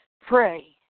Pray